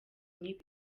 mibi